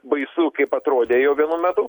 baisu kaip atrodė jau vienu metu